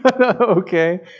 Okay